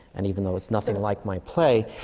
and even though it's nothing like my play,